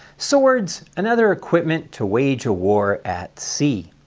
swords, and other equipment to wage a war at sea.